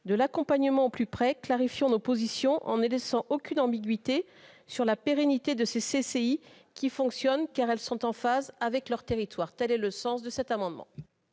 de l'accompagnement au plus près se pose dans le pays, clarifions nos positions en ne laissant aucune ambiguïté sur la pérennité de ces CCI qui fonctionnent, car elles sont en phase avec leur territoire. Quel est l'avis de la commission